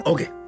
Okay